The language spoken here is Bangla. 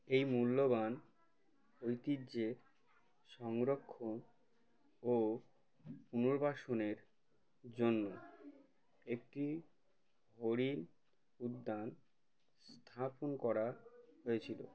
এই মূল্যবান ঐতিহ্যের সংরক্ষণ ও পুনর্বাসনের জন্য একটি হরিণ উদ্যান স্থাপন করা হয়েছিলো